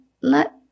let